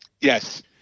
Yes